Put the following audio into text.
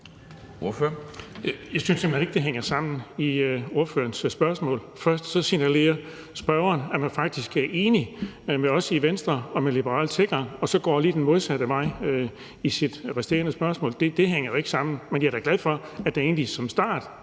hen ikke, det hænger sammen i spørgerens spørgsmål. Først signalerer spørgeren, at man faktisk er enig med os i Venstre om en liberal tilgang, og så går hun lige den modsatte vej i spørgsmålet. Det hænger jo ikke sammen. Men jeg er da glad for, at der i starten